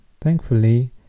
Thankfully